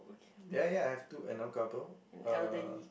ya ya I have two couple